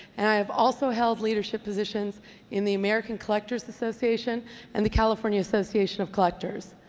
and i have also held leadership positions in the american collectors association and the california association of collectors.